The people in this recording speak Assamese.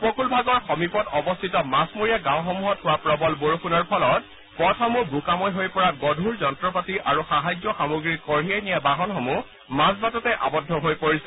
উপকূল ভাগৰ সমীপত অৱস্থিত মাছমৰীয়া গাওঁসমূহত হোৱা প্ৰৱল বৰষুণৰ ফলত পথসমূহ বোকাময় হৈ পৰাত গধুৰ যন্ত্ৰপাতি আৰু সাহায্য সামগ্ৰী কঢ়িয়াই নিয়া বাহনসমূহ মাজবাটতে আবদ্ধ হৈ পৰিছে